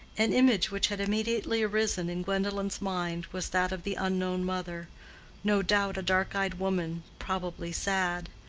an image which had immediately arisen in gwendolen's mind was that of the unknown mother no doubt a dark-eyed woman probably sad.